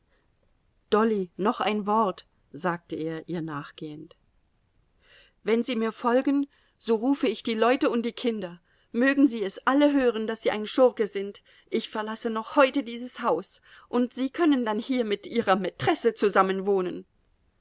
dolly noch ein wort sagte er ihr nachgehend wenn sie mir folgen so rufe ich die leute und die kinder mögen sie es alle hören daß sie ein schurke sind ich verlasse noch heute dieses haus und sie können dann hier mit ihrer mätresse zusammen wohnen